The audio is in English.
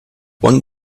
one